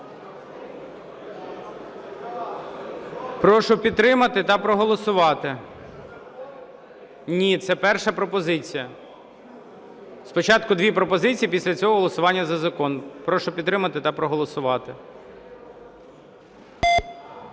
Прошу підтримати та проголосувати. Ні, це перша пропозиція. Спочатку дві пропозиції, після цього голосування за закон. Прошу підтримати та проголосувати.